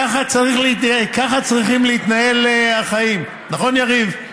ככה צריכים להתנהל החיים, נכון יריב?